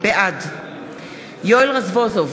בעד יואל רזבוזוב,